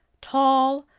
tall,